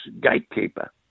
gatekeeper